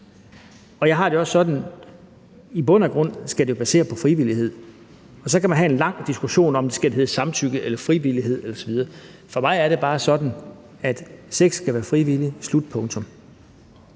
og jeg har det også sådan i bund og grund, at det skal baseres på frivillighed. Så kan man have en lang diskussion om, om det skal hedde samtykke eller frivillighed osv. For mig er det bare sådan, at sex skal være frivilligt. Slut, punktum.